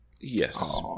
Yes